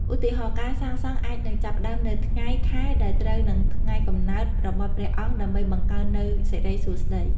ឧទាហរណ៍ ការសាងសង់អាចនឹងចាប់ផ្តើមនៅថ្ងៃខែដែលត្រូវនឹងថ្ងៃកំណើតរបស់ព្រះអង្គដើម្បីបង្កើននូវសិរីសួស្តី។